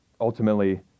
Ultimately